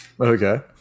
Okay